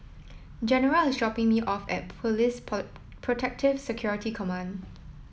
General is dropping me off at Police Protective Security Command